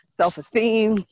self-esteem